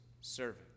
servant